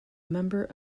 member